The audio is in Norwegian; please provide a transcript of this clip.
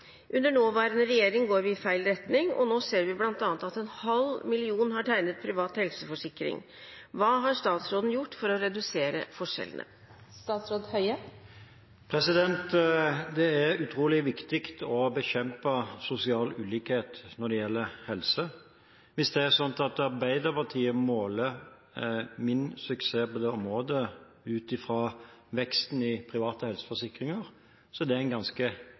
Under nåværende regjering går vi i feil retning, og nå ser vi blant annet at en halv million har tegnet privat helseforsikring. Hva har statsråden gjort for å redusere forskjellene?» Det er utrolig viktig å bekjempe sosial ulikhet når det gjelder helse. Hvis Arbeiderpartiet måler min suksess på det området ut fra veksten i private helseforsikringer, er det en ganske